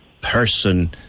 person